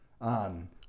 on